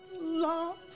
love